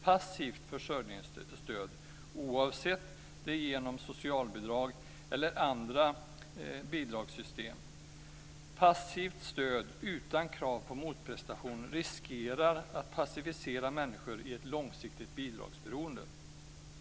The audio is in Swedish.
Passivt försörjningsstöd - oavsett om det är genom socialbidrag eller andra bidragssystem - utan krav på motprestation riskerar att passivisera människor i ett långsiktigt bidragsberoende.